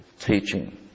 teaching